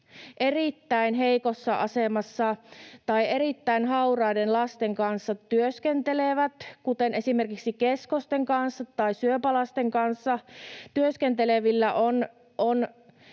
erittäin heikossa asemassa olevien tai erittäin hauraiden lasten kanssa työskentelevillä, kuten esimerkiksi keskosten kanssa tai syöpälasten kanssa työskentelevillä, on